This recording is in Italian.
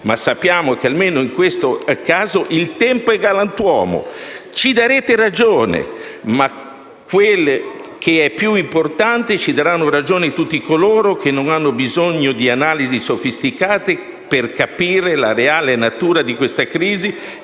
Sappiamo però che almeno in questo caso il tempo è galantuomo; ci darete ragione. Ancor più importante è però che ci daranno ragione tutti coloro che non hanno bisogno di analisi sofisticate per capire la reale natura di questa crisi,